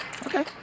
Okay